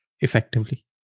effectively